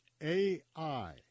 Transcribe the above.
AI